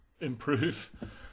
improve